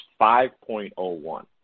5.01